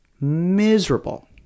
Miserable